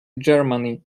germany